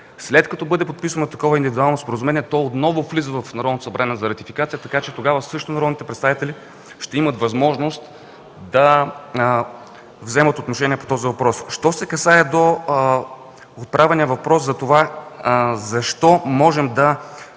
След като бъде подписано такова индивидуално споразумение, то отново влиза в Народното събрание за ратификация, така че тогава народните представители също ще имат възможност да вземат отношение по този въпрос. Що се отнася до отправения въпрос защо можем да